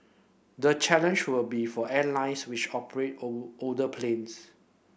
the challenge will be for airlines which operate old older planes